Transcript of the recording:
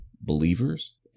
believers